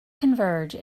converge